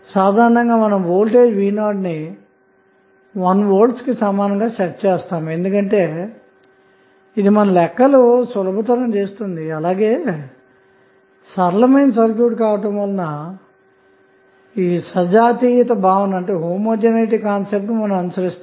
సాధారణంగా మనం వోల్టేజ్v 0ని 1V కి సమానంగాసెట్చేస్తాము ఎందుకంటే ఇది మన లెక్కలు సులభం చేస్తుంది అలాగే సరళమైన సర్క్యూట్ కావటం వలన సజాతీయ భావన ను అనుసరిస్తాము